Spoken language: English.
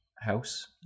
house